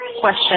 question